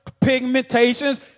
pigmentations